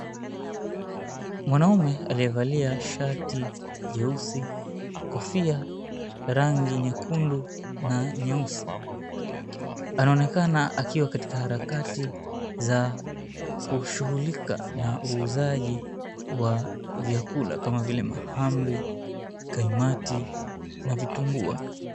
Mwanaume aliyevalia shati jeusi, kofia rangi nyekundu na nyeusi anaonekana akiwa kwenye harakati za kushughulika na uuzaji wa vyakula kama vile mahamri, kaimati na vitumbua.